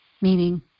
meaning